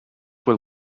will